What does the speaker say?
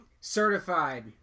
certified